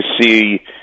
see